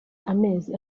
amezi